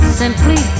simply